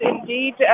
indeed